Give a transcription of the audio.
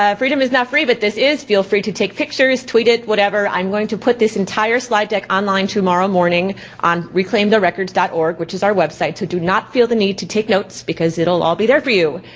um freedom is not free, but this is, feel free to take pictures, tweet it, whatever. i'm going to put this entire slide deck online tomorrow morning on reclaimtherecords org, which is our website. so do not feel the need to take notes because it'll all be there for you.